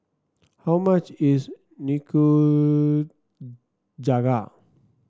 how much is Nikujaga